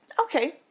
Okay